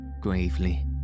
gravely